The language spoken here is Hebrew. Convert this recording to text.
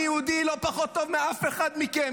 אני יהודי לא פחות טוב מאף אחד מכם,